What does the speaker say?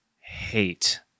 hate